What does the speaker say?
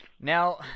now